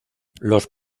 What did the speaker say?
los